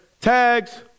tags